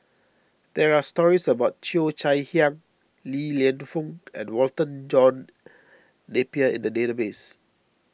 there are stories about Cheo Chai Hiang Li Lienfung and Walter John Napier in the database